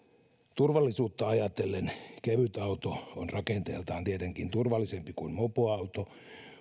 turvallisuutta ajatellen kevytauto on rakenteeltaan tietenkin turvallisempi kuin mopoauto